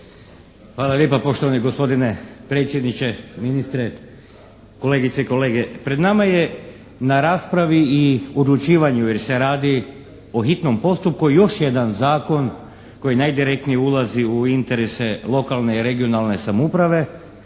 Hvala lijepa poštovani gospodine predsjedniče, ministre, kolegice i kolege. Pred nama je na raspravi i uručivanju jer se radi o hitnom postupku još jedan zakon koji najdirektnije ulazi u interese lokalne i regionalne samouprave,